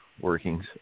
workings